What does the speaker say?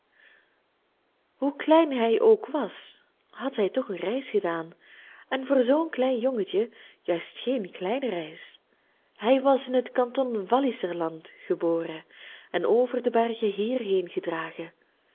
hoe klein hij ook was had hij toch een reis gedaan en voor zoo'n klein jongetje juist geen kleine reis hij was in het kanton walliserland geboren en over de bergen hierheen gedragen